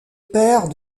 père